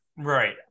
right